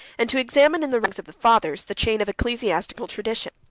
and to examine, in the writings of the fathers, the chain of ecclesiastical tradition.